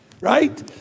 Right